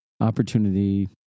opportunity